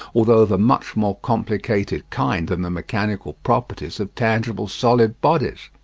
although of a much more complicated kind than the mechanical properties of tangible solid bodies.